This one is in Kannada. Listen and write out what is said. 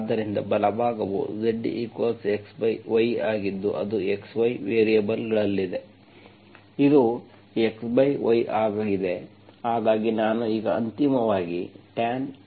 ಆದ್ದರಿಂದ ಬಲಭಾಗವು Zxy ಆಗಿದ್ದು ಅದು xy ವೇರಿಯೇಬಲ್ಗಳಲ್ಲಿದೆ ಇದು x ಬೈ y ಆಗಿದೆ